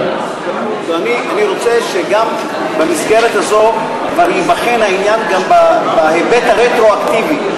אני רוצה שגם במסגרת הזאת ייבחן העניין גם בהיבט הרטרואקטיבי,